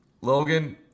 Logan